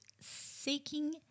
seeking